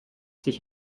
sich